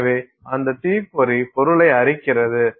எனவே அந்த தீப்பொறி பொருளை அரிக்கிறது